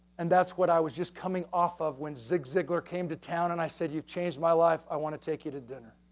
and that's what i was just coming off of when zig ziglar came to town and i said, you've changed my life, i want to take you to dinner.